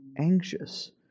anxious